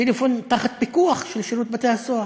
טלפון תחת פיקוח של שירות בתי-הסוהר,